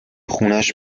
خونش